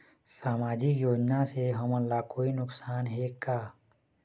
सामाजिक योजना से हमन ला कोई नुकसान हे का?